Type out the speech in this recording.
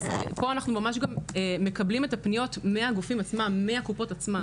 פה אנחנו ממש מקבלים את הפניות מהגופים ומהקופות עצמן.